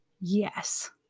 Yes